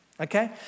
Okay